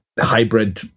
hybrid